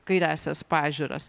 kairiąsias pažiūras